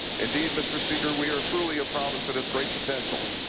indeed, mr. speaker, we are truly a province that has great potential,